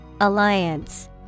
Alliance